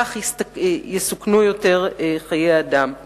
כך נעמיד בסכנה את חייהם של רבים יותר.